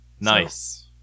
Nice